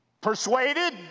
persuaded